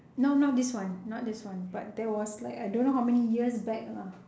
no not this one not this one but there was like I don't know how many years back ah